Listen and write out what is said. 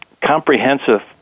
comprehensive